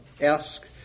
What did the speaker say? ask